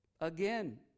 again